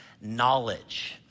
knowledge